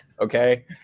Okay